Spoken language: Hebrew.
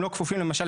הם לא כפופים למשל,